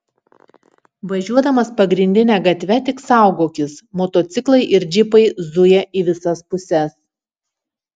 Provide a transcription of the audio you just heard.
važiuodamas pagrindine gatve tik saugokis motociklai ir džipai zuja į visas puses